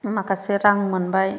माखासे रां मोनबाय